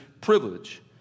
privilege